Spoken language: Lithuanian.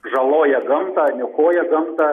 žaloja gamtą niokoja gamtą